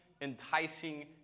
enticing